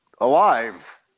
alive